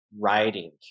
writing